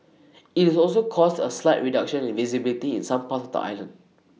IT is also caused A slight reduction in visibility in some parts of the island